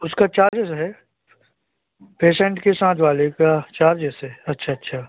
उसका चार्ज़ेस है पेशेन्ट के साथ वाले का चार्ज़ेस है अच्छा अच्छा